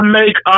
make